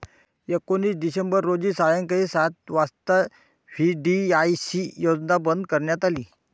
एकोणीस डिसेंबर रोजी सायंकाळी सात वाजता व्ही.डी.आय.सी योजना बंद करण्यात आली